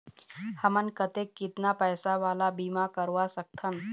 हमन कतेक कितना पैसा वाला बीमा करवा सकथन?